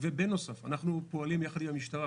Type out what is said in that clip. בנוסף אנחנו פועלים יחד עם המשטרה